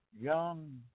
young